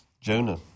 Jonah